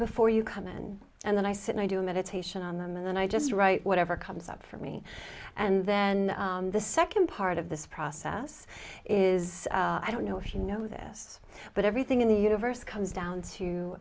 before you come in and then i said i do a meditation on them and then i just write whatever comes up for me and then the second part of this process is i don't know if you know this but everything in the universe comes down to